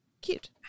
cute